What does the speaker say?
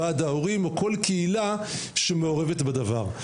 ועד ההורים או כל קהילה שמעורבת בדבר,